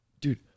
Dude